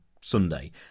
Sunday